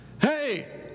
hey